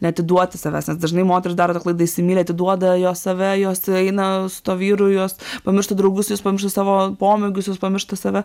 neatiduoti savęs nes dažnai moterys daro tą klaidą įsimyli atiduoda jos save jos eina su tuo vyru jos pamiršta draugus jos pamiršta savo pomėgius jos pamiršta save